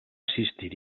assistir